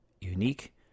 unique